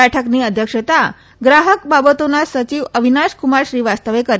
બેઠકની અધ્યક્ષતા ગ્રાહક બાબતોના સચિવ અવિનાશકુમાર શ્રીવાસ્તવે કરી